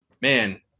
man